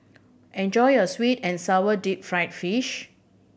enjoy your sweet and sour deep fried fish